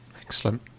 Excellent